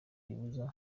ribuza